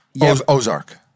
Ozark